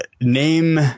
name